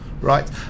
right